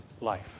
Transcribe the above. life